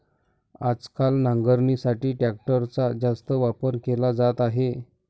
आजकाल नांगरणीसाठी ट्रॅक्टरचा जास्त वापर केला जात आहे